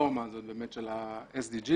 הפלטפורמה הזאת של ה-SDGs,